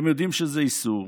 אתם יודעים שזה איסור,